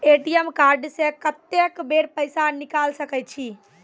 ATM card से कत्तेक बेर पैसा निकाल सके छी?